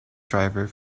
driver